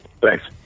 Thanks